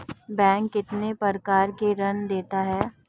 Bank कितने प्रकार के ऋण देता है?